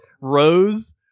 Rose